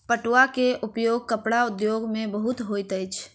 पटुआ के उपयोग कपड़ा उद्योग में बहुत होइत अछि